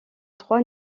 trois